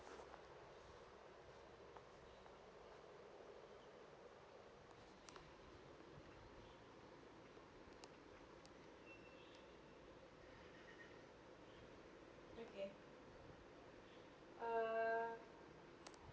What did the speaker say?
okay uh